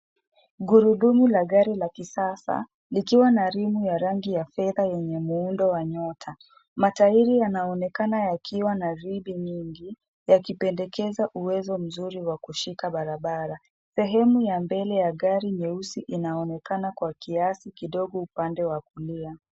Gurudumu la gari la kisasa, likiwa na rimu ya rangi ya fedha yenye muundo wa nyota. Matairi yanaonekana yakiwa na ribi nyingi yakipendekeza uwezo mzuri wa kushika barabara. Sehemu ya mbele ya gari nyeusi inaonekana kwa kiasi kidogo upande wa kulia.